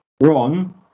Ron